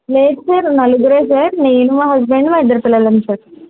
లేదు సార్ నలుగురే సార్ నేను మా హస్బెండ్ మా ఇద్దరు పిల్లలం సార్